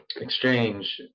exchange